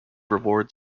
reward